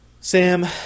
Sam